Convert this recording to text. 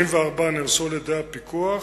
נהרסו על-ידי הפיקוח,